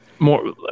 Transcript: more